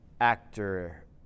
actor